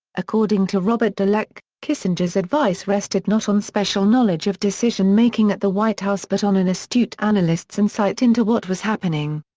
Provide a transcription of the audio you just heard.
according to robert dallek, kissinger's advice rested not on special knowledge of decision making at the white house but on an astute analyst's insight into what was happening.